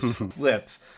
lips